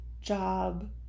job